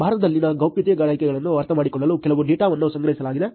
ಭಾರತದಲ್ಲಿನ ಗೌಪ್ಯತೆ ಗ್ರಹಿಕೆಗಳನ್ನು ಅರ್ಥಮಾಡಿಕೊಳ್ಳಲು ಕೆಲವು ಡೇಟಾವನ್ನು ಸಂಗ್ರಹಿಸಲಾಗಿದೆ